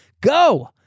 go